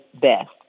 best